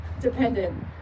dependent